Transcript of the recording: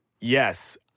Yes